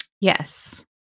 Yes